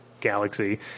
galaxy